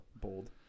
Bold